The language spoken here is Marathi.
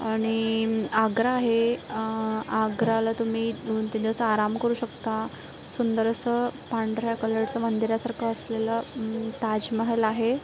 आणि आग्रा आहे आग्र्याला तुम्ही दोन तीन दिवस आराम करू शकता सुंदर असं पांढऱ्या कलरचं मंदिरासारखं असलेलं ताजमहाल आहे